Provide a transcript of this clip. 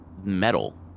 metal